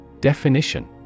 Definition